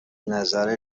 نظر